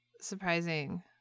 surprising